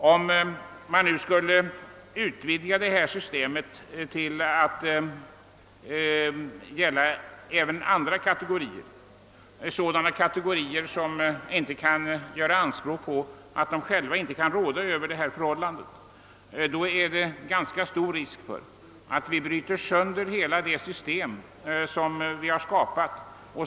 Om man nu skulle utvidga detta system till att gälla även andra kategorier — sådana kategorier som inte kan göra anspråk på att de själva inte kan råda över det aktuella förhållandet — är det ganska stor risk för att vi bryter sön der hela det system vi skapat.